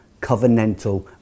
covenantal